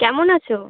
কেমন আছো